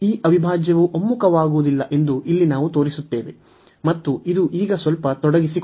ಈ ಅವಿಭಾಜ್ಯವು ಒಮ್ಮುಖವಾಗುವುದಿಲ್ಲ ಎಂದು ಇಲ್ಲಿ ನಾವು ತೋರಿಸುತ್ತೇವೆ ಮತ್ತು ಇದು ಈಗ ಸ್ವಲ್ಪ ತೊಡಗಿಸಿಕೊಂಡಿದೆ